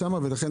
ולכן,